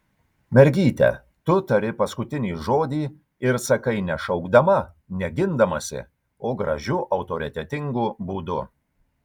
mergyte tu tari paskutinį žodį ir sakai ne šaukdama ne gindamasi o gražiu autoritetingu būdu